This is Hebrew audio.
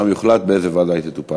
ושם יוחלט באיזה ועדה היא תטופל.